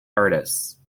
artists